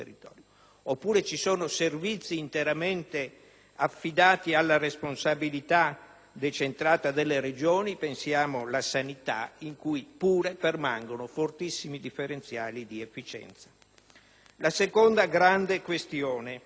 Oppure ci sono servizi interamente affidati alla responsabilità decentrata delle Regioni (pensiamo alla sanità), in cui pure permangono fortissimi differenziali di efficienza. La seconda grande questione